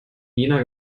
jena